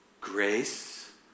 Grace